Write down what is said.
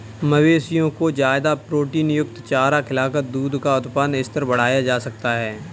मवेशियों को ज्यादा प्रोटीनयुक्त चारा खिलाकर दूध का उत्पादन स्तर बढ़ाया जा सकता है